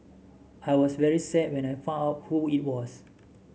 I was very sad when I found out who it was